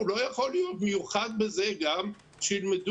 הוא לא יכול להיות מיוחד בזה גם שילמדו